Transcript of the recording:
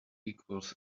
equals